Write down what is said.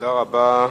תודה רבה.